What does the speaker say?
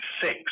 six